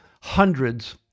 hundreds